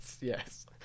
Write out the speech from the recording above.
Yes